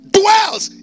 dwells